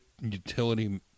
utility